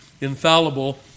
infallible